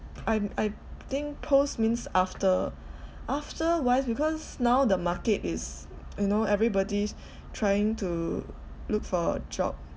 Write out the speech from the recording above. I'm I think post means after after wise because now the market is you know everybody's trying to look for a job